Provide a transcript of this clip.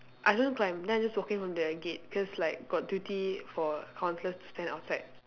I don't climb then I just walk in from the gate cause like got duty for counsellors to stand outside